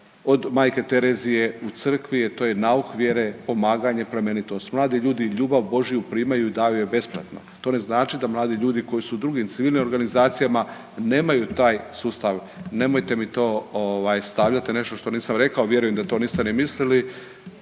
od Majke Terezije u Crkvi, to je nauk vjere, pomaganje, plemenitost. Mladi ljudi ljubav Božju primaju i daju je besplatno, to ne znači da mladi ljudi koji su u drugim civilnim organizacijama nemaju taj sustav, nemojte mi to stavljati, to je nešto što nisam reklo, vjerujem da to niste ni mislili.